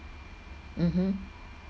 mmhmm